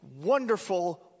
wonderful